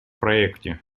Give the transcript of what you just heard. проекте